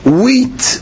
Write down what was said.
wheat